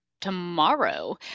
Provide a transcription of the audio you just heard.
tomorrow